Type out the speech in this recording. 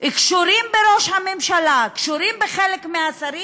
שקשורות לראש הממשלה, שקשורות לחלק מהשרים,